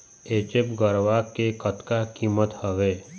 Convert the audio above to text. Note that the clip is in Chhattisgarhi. एच.एफ गरवा के कतका कीमत हवए?